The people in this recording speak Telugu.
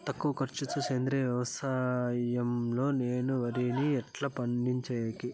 తక్కువ ఖర్చు తో సేంద్రియ వ్యవసాయం లో నేను వరిని ఎట్లా పండించేకి?